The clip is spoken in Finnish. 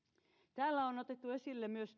täällä on otettu esille myös